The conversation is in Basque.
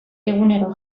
egunero